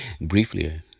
briefly